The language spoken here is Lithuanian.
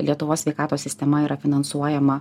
lietuvos sveikatos sistema yra finansuojama